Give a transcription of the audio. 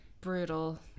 brutal